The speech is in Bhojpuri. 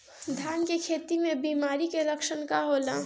धान के खेती में बिमारी का लक्षण का होला?